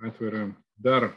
atveria dar